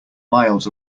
miles